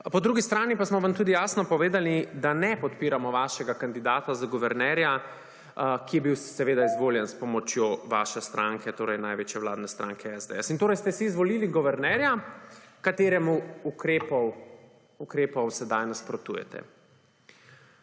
Po drugi strani pa smo vam tudi jasno povedali, da ne podpiramo vašega kandidata za guvernerja, ki je bil seveda izvoljen s pomočjo vaše stranke, torej največje vladne stranke SDS. In torej ste si izvolili guvernerja, kateremu ukrepom sedaj nasprotujete.